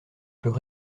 peut